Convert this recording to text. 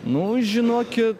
nu žinoki